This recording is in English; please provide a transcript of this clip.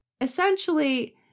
essentially